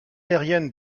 aérienne